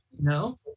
No